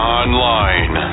online